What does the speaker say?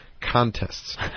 contests